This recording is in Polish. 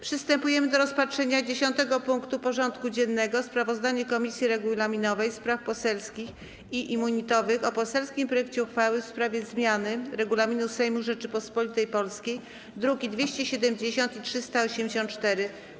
Przystępujemy do rozpatrzenia punktu 10. porządku dziennego: Sprawozdanie Komisji Regulaminowej, Spraw Poselskich i Immunitetowych o poselskim projekcie uchwały w sprawie zmiany Regulaminu Sejmu Rzeczypospolitej Polskiej (druki nr 270 i 384)